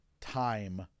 time